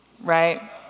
right